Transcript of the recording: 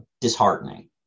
disheartening